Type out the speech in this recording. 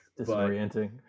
Disorienting